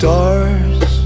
Stars